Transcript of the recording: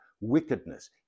Wickedness